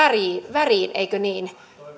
väreihin eikö niin